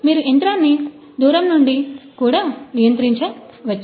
మీరు యంత్రాన్ని దూరం నుంచి కూడా నియంత్రించవచ్చు